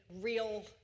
real